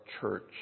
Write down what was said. church